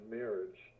marriage